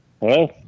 Hello